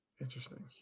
Interesting